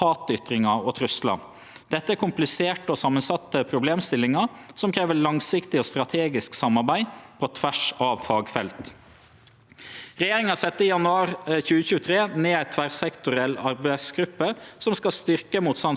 Regjeringa sette i januar 2023 ned ei tverrsektoriell arbeidsgruppe som skal styrkje motstandsdyktigheita mot uønskt påverknad ved val. Gruppa skal arbeide med fokus på valet i år, men også meir langsiktig, fram mot stortingsvalet i 2025.